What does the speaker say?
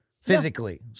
physically